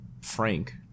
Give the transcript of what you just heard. Frank